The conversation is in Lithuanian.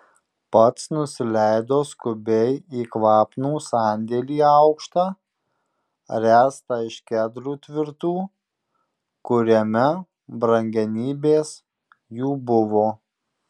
pats nusileido skubiai į kvapnų sandėlį aukštą ręstą iš kedrų tvirtų kuriame brangenybės jų buvo